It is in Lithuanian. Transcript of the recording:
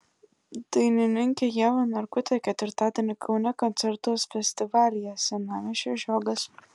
dainininkė ieva narkutė ketvirtadienį kaune koncertuos festivalyje senamiesčio žiogas